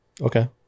Okay